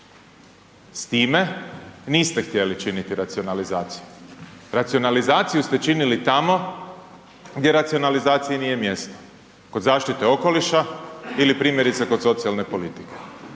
S time niste htjeli činiti racionalizaciju, racionalizaciju ste činili tamo gdje racionalizaciji nije mjesto, kod zaštite okoliša ili primjerice kod socijalne politike.